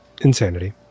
insanity